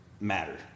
Matter